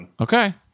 Okay